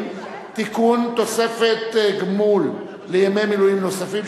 תוספת גמול לימי מילואים נוספים),